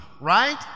right